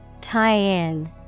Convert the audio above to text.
Tie-in